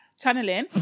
Channeling